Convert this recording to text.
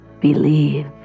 believe